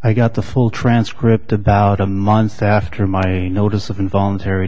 i got the full transcript about a month after my notice of involuntary